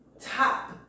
top